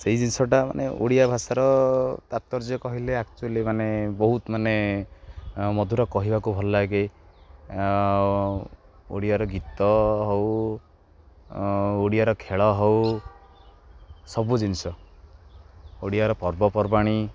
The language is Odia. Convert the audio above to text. ସେହି ଜିନିଷଟା ମାନେ ଓଡ଼ିଆ ଭାଷାର ତାପ୍ତର୍ଯ୍ୟ କହିଲେ ଆକ୍ଚୁଲି ମାନେ ବହୁତ ମାନେ ମଧୁର କହିବାକୁ ଭଲ ଲାଗେ ଓଡ଼ିଆର ଗୀତ ହେଉ ଓଡ଼ିଆର ଖେଳ ହେଉ ସବୁ ଜିନିଷ ଓଡ଼ିଆର ପର୍ବପର୍ବାଣି